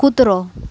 કૂતરો